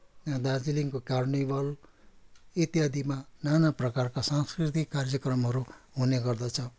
दार्जिलिङको कार्निभल इत्यादिमा नाना प्रकारका सांस्कृतिक कार्यक्रमहरू हुने गर्दछ